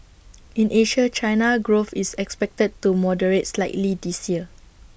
in Asia China's growth is expected to moderate slightly this year